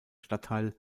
stadtteil